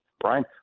Brian